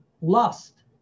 Lust